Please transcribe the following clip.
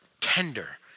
tender